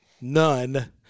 none